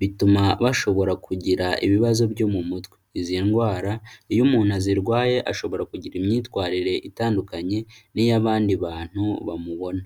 bituma bashobora kugira ibibazo byo mu mutwe. Izi ndwara iyo umuntu azirwaye, ashobora kugira imyitwarire itandukanye n'iy'abandi bantu bamubona.